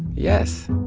yes